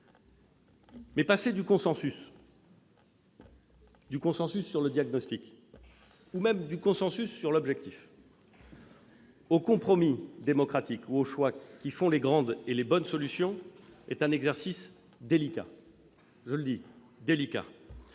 Mais passer du consensus sur le diagnostic, ou même du consensus sur l'objectif, aux compromis démocratiques et aux choix qui font les grandes et les bonnes solutions est un exercice délicat. Avec les élus